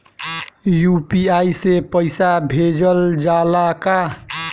UPI से पईसा भेजल जाला का?